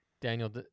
Daniel